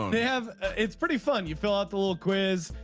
have it's pretty fun. you fill out the little quiz.